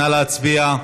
נא להצביע.